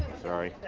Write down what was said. sorry.